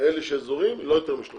ואלה שאזוריים, לא יותר מ-30.